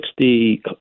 60